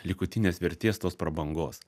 likutinės vertės tos prabangos